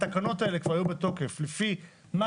התקנות האלה כבר היו בתוקף לפי מה